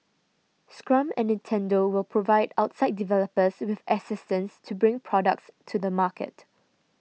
Scrum and Nintendo will provide outside developers with assistance to bring products to the market